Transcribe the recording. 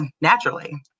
naturally